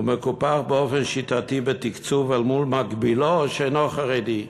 הוא מקופח באופן שיטתי בתקצוב אל מול מקבילו שאינו חרדי.